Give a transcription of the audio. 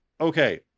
okay